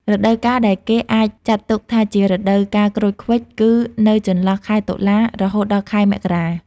រដូវកាលដែលគេអាចចាត់ទុកថាជា រដូវកាលក្រូចឃ្វិច គឺនៅចន្លោះខែ តុលា រហូតដល់ខែមករា។